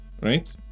right